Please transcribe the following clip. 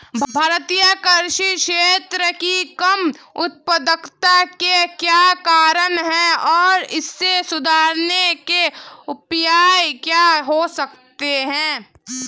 भारतीय कृषि क्षेत्र की कम उत्पादकता के क्या कारण हैं और इसे सुधारने के उपाय क्या हो सकते हैं?